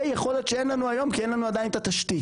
זה יכולת שאין לנו היום כי אין לנו עדיין את התשתית.